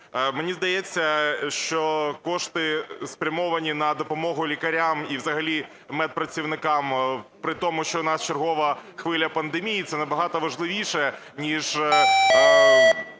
Мені здається, що кошти, спрямовані на допомогу лікарям і взагалі медпрацівникам, притому, що у нас чергова хвиля пандемії, це набагато важливіше ніж